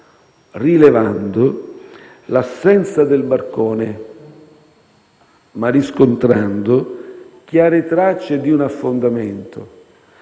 rilevando l'assenza del barcone, ma riscontrando chiare tracce di un affondamento,